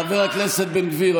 חבר הכנסת בן גביר,